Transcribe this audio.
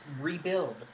rebuild